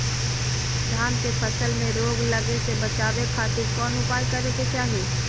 धान के फसल में रोग लगे से बचावे खातिर कौन उपाय करे के चाही?